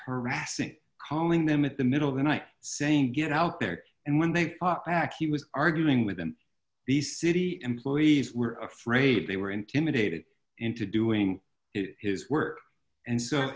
harassing calling them at the middle of the night saying get out there and when they fought back he was arguing with them these city employees were afraid they were intimidated into doing his work and so